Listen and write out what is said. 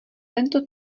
tento